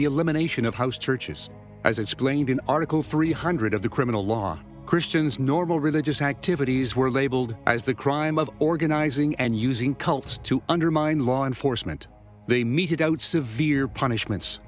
the elimination of house churches as explained in article three hundred of the criminal law christians normal religious activities were labeled as the crime of organizing and using cults to undermine law enforcement they meted out severe punishments